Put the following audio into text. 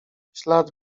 ślad